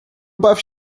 baw